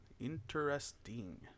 Interesting